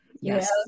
Yes